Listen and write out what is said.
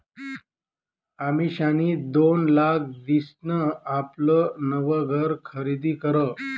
अमिषानी दोन लाख दिसन आपलं नवं घर खरीदी करं